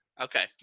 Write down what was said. Okay